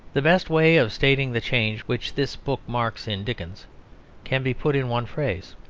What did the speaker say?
the best way of stating the change which this book marks in dickens can be put in one phrase.